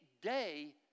day